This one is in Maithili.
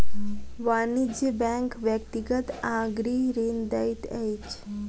वाणिज्य बैंक व्यक्तिगत आ गृह ऋण दैत अछि